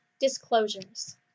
Disclosures